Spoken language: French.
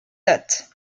date